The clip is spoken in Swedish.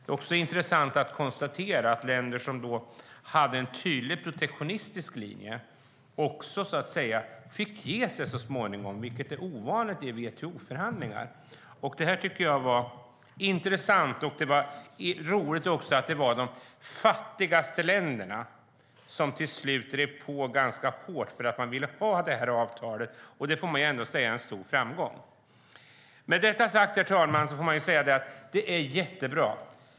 Det är också intressant att konstatera att länder som hade en tydlig protektionistisk linje fick ge sig så småningom, vilket är ovanligt i WTO-förhandlingar. Det var roligt att det var de fattigaste länderna som till slut drev på ganska hårt för ett avtal, och det får man ändå säga vara en stor framgång.